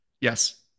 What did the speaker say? Yes